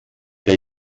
der